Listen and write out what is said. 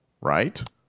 right